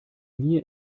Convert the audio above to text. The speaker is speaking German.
mir